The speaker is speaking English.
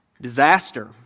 disaster